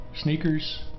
sneakers